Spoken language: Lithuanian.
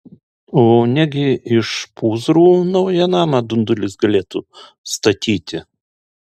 o negi iš pūzrų naują namą dundulis galėtų statyti